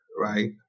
right